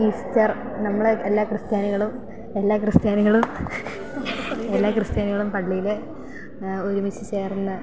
Easter നമ്മൾ എല്ലാ ക്രിസ്ത്യാനികളും എല്ലാ ക്രിസ്ത്യാനികളും എല്ലാ ക്രിസ്ത്യാനികളും പള്ളിയിൽ ഒരുമിച്ചു ചേർന്നു